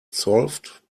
solved